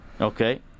Okay